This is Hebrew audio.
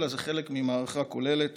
אלא זה חלק ממערכה כוללת